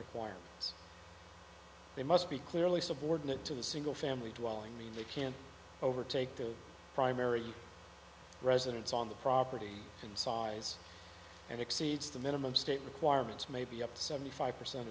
requirements they must be clearly subordinate to the single family dwelling mean they can overtake their primary residence on the property in size and exceeds the minimum state requirements may be up to seventy five percent